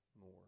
more